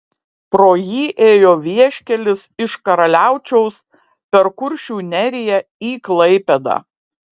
pro jį ėjo vieškelis iš karaliaučiaus per kuršių neriją į klaipėdą